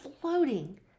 floating